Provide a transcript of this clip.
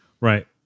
Right